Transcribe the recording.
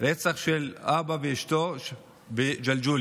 רצח של אבא ואשתו בג'לג'וליה.